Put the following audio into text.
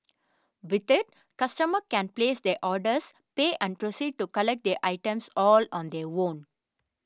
with it customer can place their orders pay and proceed to collect their items all on their own